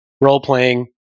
role-playing